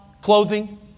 clothing